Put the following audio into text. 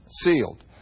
sealed